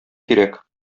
кирәк